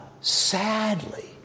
Sadly